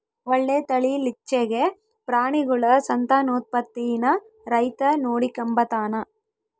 ಒಳ್ಳೆ ತಳೀಲಿಚ್ಚೆಗೆ ಪ್ರಾಣಿಗುಳ ಸಂತಾನೋತ್ಪತ್ತೀನ ರೈತ ನೋಡಿಕಂಬತಾನ